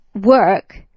work